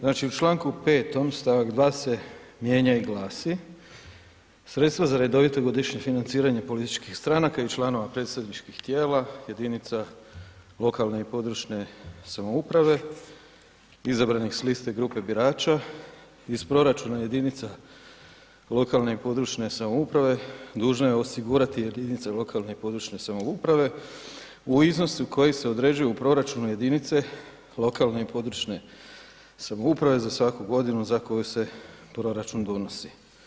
Znači u članku 5., stavak 2., se mijenja i glasi sredstva za redovito godišnje financiranje političkih stranaka i članova predsjedničkih tijela jedinica lokalne i područne samouprave, izabranih s liste grupe birača iz proračuna jedinica lokalne i područne samouprave, dužna je osigurati jedinice lokalne i područne samouprave u iznosu koji se određuje u proračunu jedinice lokalne i područne samouprave za svaku godinu za koju se proračun donosi.